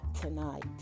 tonight